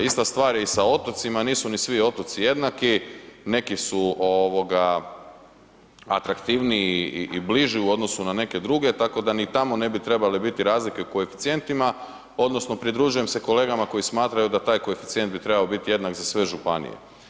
Ista stvar je i sa otocima, nisu ni svi otoci jednaki, neki su ovoga atraktivniji i bliži u odnosu na neke druge, tako da ni tamo ne bi trebale biti razlike u koeficijentima odnosno pridružujem se kolegama koji smatraju da taj koeficijent bi trebao bit jednak za sve županije.